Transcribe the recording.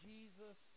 Jesus